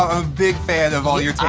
a big fan of all your tapes.